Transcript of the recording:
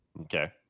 Okay